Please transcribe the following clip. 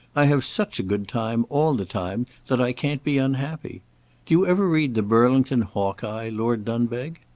i have such a good time all the time that i can't be unhappy. do you ever read the burlington hawkeye, lord dunbeg?